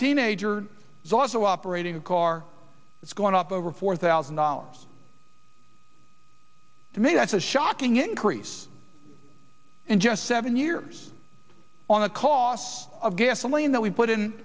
teenager is also operating a car that's going up over four thousand dollars to me that's a shocking increase in just seven years on the cost of gasoline that we put in